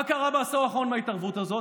מה קרה בעשור האחרון עם ההתערבות הזאת?